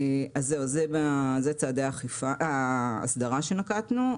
אלה צעדי ההסדרה שנקטנו.